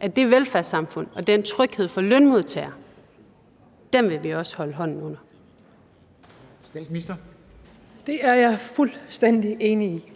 at det velfærdssamfund og den tryghed for lønmodtagerne vil vi også holde hånden under. Kl. 13:53 Formanden (Henrik